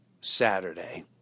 Saturday